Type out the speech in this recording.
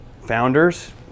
founders